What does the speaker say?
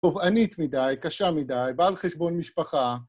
טובענית מדי, קשה מדי, בעל חשבון משפחה.